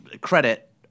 credit